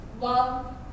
Love